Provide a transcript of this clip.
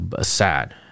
sad